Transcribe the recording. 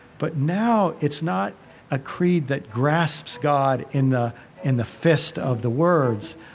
but now it's not a creed that grasps god in the in the fist of the words,